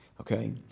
Okay